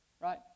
right